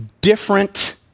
different